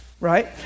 right